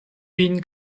vin